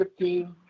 15